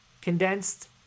condensed